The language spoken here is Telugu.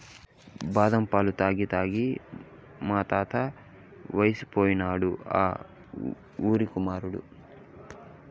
బాదం పాలు తాగి తాగి మా తాత వయసోడైనాడు ఆ ఊరుకుమాడు